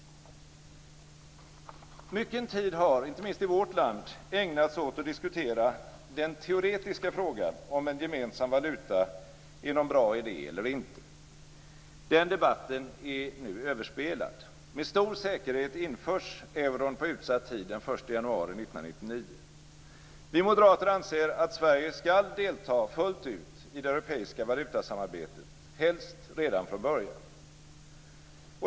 Mycken tid har - inte minst i vårt land - ägnats åt att diskutera den teoretiska frågan om en gemensam valuta är en bra idé eller inte. Den debatten är nu överspelad. Med stor säkerhet införs euron på utsatt tid den 1 januari 1999. Vi moderater anser att Sverige skall delta fullt ut i det europeiska valutasamarbetet, helst redan från början.